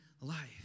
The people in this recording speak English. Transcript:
life